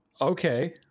okay